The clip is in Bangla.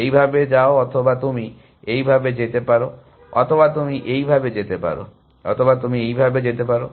এই ভাবে যাও অথবা তুমি এই ভাবে যেতে পারো অথবা তুমি এই ভাবে যেতে পারো অথবা তুমি এই ভাবে যেতে পারো